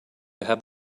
have